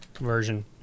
version